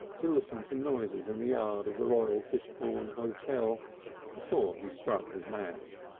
to listen to noises in the yard of the royal fishbourne hotel before he struck his match.